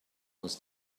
was